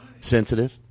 Sensitive